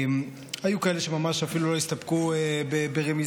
היו כאלה שממש אפילו לא הסתפקו ברמיזות,